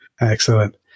excellent